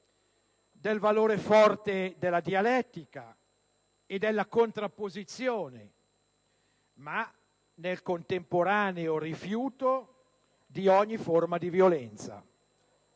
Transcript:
del valore forte della dialettica e della contrapposizione, ma nel contemporaneo rifiuto di ogni forma di violenza.